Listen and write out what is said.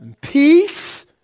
peace